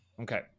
okay